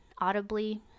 audibly